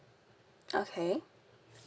okay